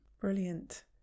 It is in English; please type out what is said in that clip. Brilliant